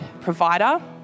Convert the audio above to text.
provider